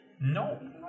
No